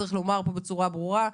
צריך לומר פה בצורה ברורה,